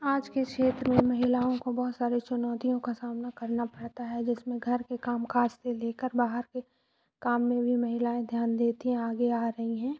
आज के क्षेत्र में महिलाओं को बहुत सारी चुनौतियों का सामना करना पड़ता है जिसमें घर के काम काज से ले कर बाहर के काम में भी महिलाएँ ध्यान देतीं आगे आ रहीं हैं